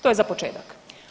To je za početak.